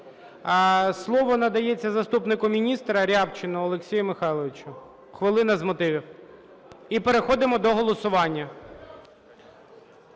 Слово надається заступнику міністра Рябчину Олексію Михайловичу, хвилина з мотивів. І переходимо до голосування.